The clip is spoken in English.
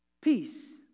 peace